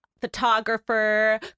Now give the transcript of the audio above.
photographer